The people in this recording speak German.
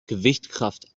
gewichtskraft